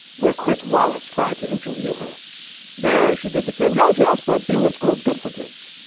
where chris wallace tried to interview her there, she did the same. yes, yes. but being in school is good for kids.